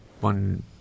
one